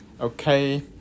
Okay